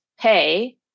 pay